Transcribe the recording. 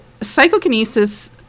psychokinesis